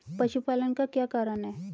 पशुपालन का क्या कारण है?